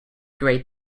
great